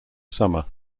summer